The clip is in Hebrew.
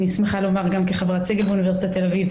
אני שמחה לומר גם כחברת סגל באוניברסיטת תל-אביב,